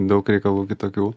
daug reikalų kitokių